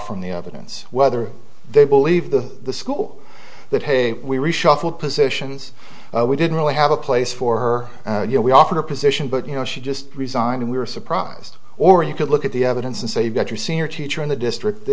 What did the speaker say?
from the evidence whether they believe the school that hey we reshot positions we didn't really have a place for her you know we offered a position but you know she just resigned and we were surprised or you could look at the evidence and say you've got your senior teacher in the district they